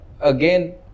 again